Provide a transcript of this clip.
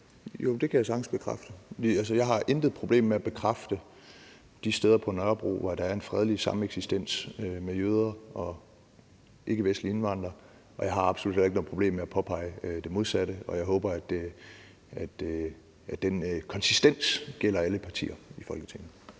Jo, det kan jeg sagtens bekræfte. Altså, jeg har intet problem med at bekræfte de steder på Nørrebro, hvor der er en fredelig sameksistens med jøder og ikkevestlige indvandrere, og jeg har absolut heller ikke noget problem med at påpege det modsatte, og jeg håber, at den konsistens gælder alle partier i Folketinget.